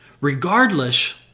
Regardless